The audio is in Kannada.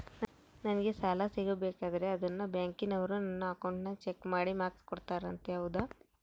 ನಂಗೆ ಸಾಲ ಸಿಗಬೇಕಂದರ ಅದೇನೋ ಬ್ಯಾಂಕನವರು ನನ್ನ ಅಕೌಂಟನ್ನ ಚೆಕ್ ಮಾಡಿ ಮಾರ್ಕ್ಸ್ ಕೊಡ್ತಾರಂತೆ ಹೌದಾ?